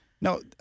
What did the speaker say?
No